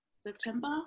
September